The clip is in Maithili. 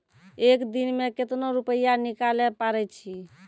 एक दिन मे केतना रुपैया निकाले पारै छी?